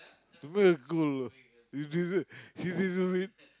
you go and go lah you do that she doesn't wait